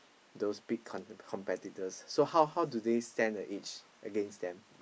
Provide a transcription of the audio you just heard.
those big com~ competitors so how how do they stand a edge against them